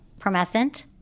Promescent